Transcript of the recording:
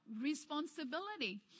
responsibility